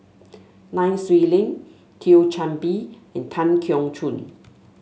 Nai Swee Leng Thio Chan Bee and Tan Keong Choon